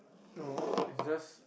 no it's just